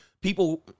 people